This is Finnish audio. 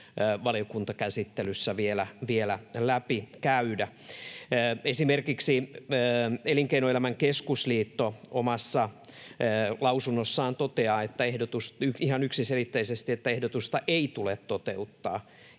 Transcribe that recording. valiokuntakäsittelyssä vielä läpi käydä. Esimerkiksi Elinkeinoelämän keskusliitto omassa lausunnossaan toteaa ihan yksiselitteisesti, että ehdotusta ei tule toteuttaa